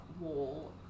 wall